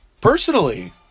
personally